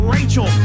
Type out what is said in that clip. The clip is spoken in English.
Rachel